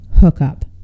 hookup